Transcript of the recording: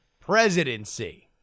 presidency